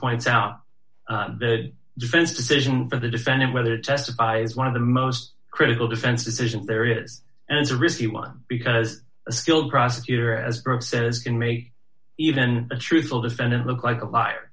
points out that defense decision for the defendant whether testifies one of the most critical defense decisions there is and it's a risky one because a skilled prosecutor as rove says can make even a truthful defendant look like a li